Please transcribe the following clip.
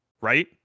right